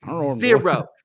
Zero